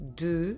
de